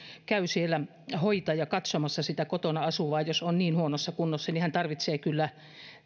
käy siellä hoitaja katsomassa sitä kotona asuvaa jos on niin huonossa kunnossa niin hän tarvitsee kyllä